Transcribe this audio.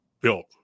built